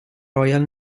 royal